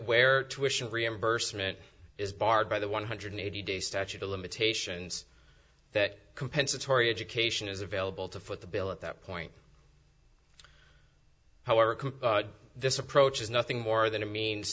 tuitions reimbursement is barred by the one hundred eighty day statute of limitations that compensatory education is available to foot the bill at that point however this approach is nothing more than a means